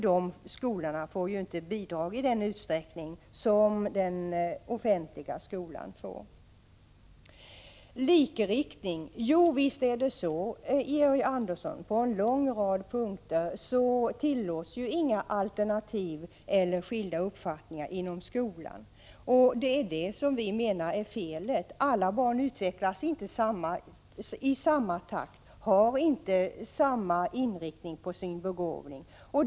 Dessa skolor får nämligen inte bidrag i samma utsträckning som den offentliga skolan får. På en lång rad punkter tillåts inga alternativ eller skilda uppfattningar inom skolan, Georg Andersson, och det är det som vi menar är felet. Alla barn utvecklas inte i samma takt och har inte samma slags begåvning.